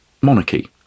monarchy